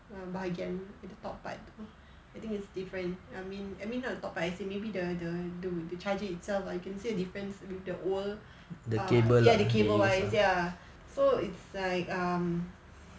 bahagian at the top part I think it's different I mean I mean not the top part but as in maybe the the the charge itself I can see the difference with the old err ya the cable wire ya so it's like um